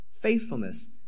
faithfulness